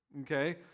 Okay